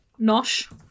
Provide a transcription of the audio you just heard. Nosh